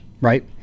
right